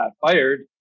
fired